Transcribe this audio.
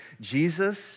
Jesus